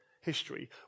history